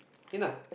enough